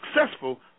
successful